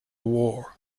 war